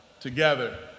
together